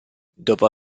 dopo